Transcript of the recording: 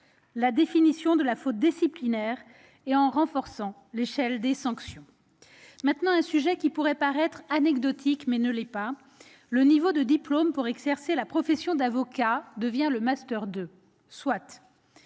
la définition de la faute disciplinaire et en renforçant l'échelle des sanctions. J'en viens à un sujet qui pourrait paraître anecdotique, mais qui ne l'est pas : le niveau de diplôme requis pour exercer la profession d'avocat devient le master 2. Soit